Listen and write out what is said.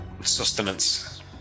sustenance